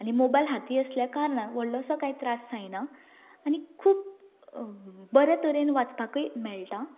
आनी मोबायल हाती आसल्यार कारणान व्हडलोसो काय त्रास जायना आनी खूब बरे तरेन वाचपाकूय मेळटा